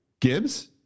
Gibbs